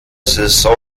saison